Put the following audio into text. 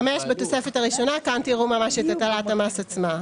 (5) בתוספת הראשונה - כאן תראו את הטלת המס עצמה.